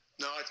No